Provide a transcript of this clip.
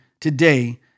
today